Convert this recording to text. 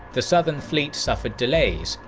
the southern fleet suffered delays,